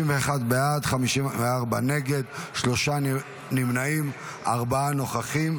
31 בעד, 54 נגד, שלושה נמנעים, ארבעה נוכחים.